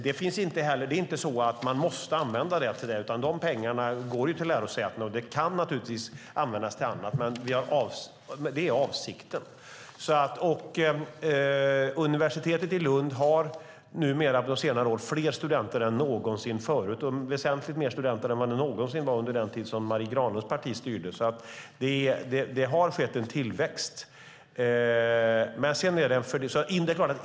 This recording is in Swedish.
Det är inte så att man måste använda dem till det, utan pengarna går till lärosätena och kan naturligtvis även användas till annat, men avsikten är ytterligare civilingenjörsplatser. Universitetet i Lund har numera fler studenter än någonsin tidigare och väsentligt fler än det någonsin var under den tid som Marie Granlunds parti styrde. Det har alltså skett en tillväxt.